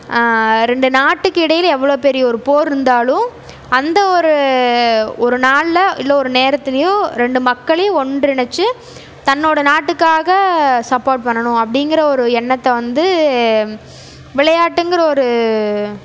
ரெண்டு நாட்டுக்கு இடையில் எவ்வளோ பெரிய ஒரு போரிருந்தாலும் அந்த ஒரு ஒரு நாளில் இல்லை ஒரு நேரத்திலியும் ரெண்டு மக்களையும் ஒன்றிணைச்சு தன்னோடய நாட்டுக்காக சப்போர்ட் பண்ணணும் அப்படிங்கிற ஒரு எண்ணத்தை வந்து விளையாட்டுங்கிற ஒரு